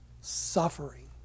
suffering